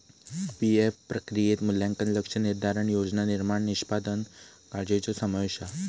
PF प्रक्रियेत मूल्यांकन, लक्ष्य निर्धारण, योजना निर्माण, निष्पादन काळ्जीचो समावेश हा